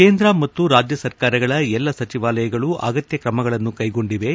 ಕೇಂದ್ರ ಮತ್ತು ರಾಜ್ಯ ಸರ್ಕಾರಗಳ ಎಲ್ಲಾ ಸಚಿವಾಲಯಗಳು ಅಗತ್ಯ ಕ್ರಮಗಳನ್ನು ಕೈಗೊಂಡಿವೆ